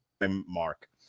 Mark